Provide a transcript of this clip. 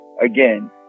again